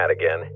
again